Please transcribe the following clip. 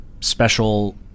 special